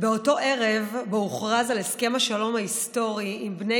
באותו ערב שבו הוכרז על הסכם השלום ההיסטורי עם בני